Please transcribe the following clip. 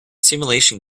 simulation